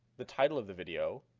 the title of the video,